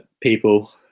people